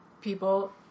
people